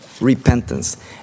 repentance